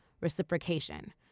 reciprocation